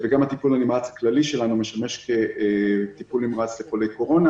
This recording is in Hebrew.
וגם הטיפול הנמרץ הכללי שלנו משמש כטיפול נמרץ לחולי קורונה.